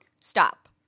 stop